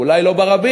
אולי לא ברבים,